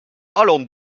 allons